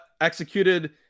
executed